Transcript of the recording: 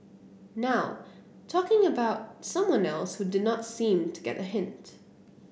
now talking about someone else who did not seem to get a hint